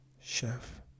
Chef